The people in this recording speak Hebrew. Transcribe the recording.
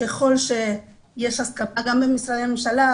ככל שיש הסכמה גם במשרדי הממשלה,